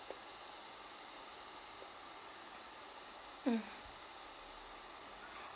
mm